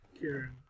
Karen